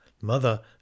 mother